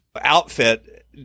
outfit